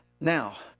Now